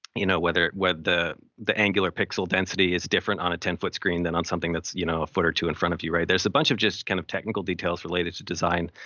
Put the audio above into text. you know whether whether the the angular pixel density is different on a ten foot screen than on something that's you know a foot or two in front of you. there's a bunch of just kind of technical details related to design.